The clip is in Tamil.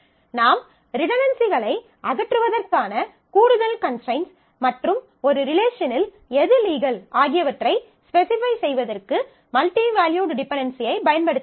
நாம் ரிடன்டன்சிகளை அகற்றுவதற்கான கூடுதல் கன்ஸ்ட்ரைன்ட்ஸ் மற்றும் ஒரு ரிலேஷனில் எது லீகல் ஆகியவற்றை ஸ்பெசிபை செய்வதற்கு மல்டி வேல்யூட் டிபென்டென்சியைப் பயன்படுத்தலாம்